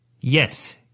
Yes